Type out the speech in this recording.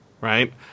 right